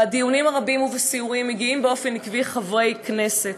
בדיונים הרבים ובסיורים מגיעים באופן עקבי חברי כנסת.